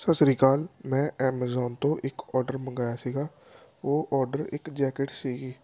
ਸਤਿ ਸ਼੍ਰੀ ਅਕਾਲ ਮੈਂ ਐਮਾਜੋਨ ਤੋਂ ਇੱਕ ਓਡਰ ਮੰਗਵਾਇਆ ਸੀਗਾ ਉਹ ਓਡਰ ਇੱਕ ਜੈਕਟ ਸੀਗੀ